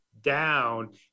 down